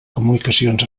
comunicacions